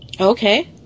Okay